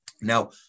Now